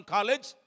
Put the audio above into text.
College